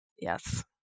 Yes